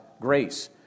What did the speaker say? grace